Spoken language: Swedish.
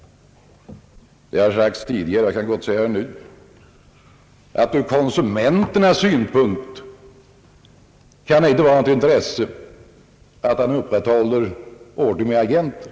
Det har sagts tidigare, och jag kan gott säga det nu, att det ur konsumenternas synpunkt inte kan vara av något intresse att man upprätthåller ordningen med agenter.